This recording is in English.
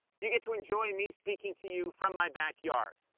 you get to enjoy me speaking to you from my backyard.